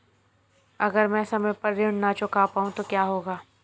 अगर म ैं समय पर ऋण न चुका पाउँ तो क्या होगा?